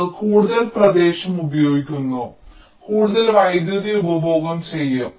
അവർ കൂടുതൽ പ്രദേശം ഉപയോഗിക്കുന്നു അവർ കൂടുതൽ വൈദ്യുതി ഉപഭോഗം ചെയ്യും